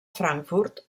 frankfurt